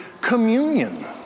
communion